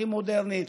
הכי מודרנית,